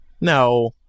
No